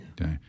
Okay